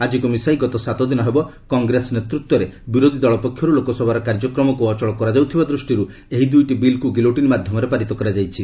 ଆଜିକୁ ମିଶାଇ ଗତ ସାତଦିନ ହେବ କଂଗ୍ରେସ ନେତୃତ୍ୱରେ ବିରୋଧୀ ଦଳ ପକ୍ଷରୁ ଲୋକସଭାର କାର୍ଯ୍ୟକ୍ରମକୁ ଅଚଳ କରାଯାଉଥିବା ଦୃଷ୍ଟିରୁ ଏହି ଦୁଇଟି ବିଲ୍କୁ ଗିଲୋଟିନ୍ ମାଧ୍ୟମରେ ପାରିତ କରାଯାଇଛି